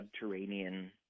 subterranean